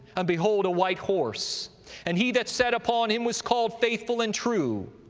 and behold a white horse and he that sat upon him was called faithful and true,